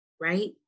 Right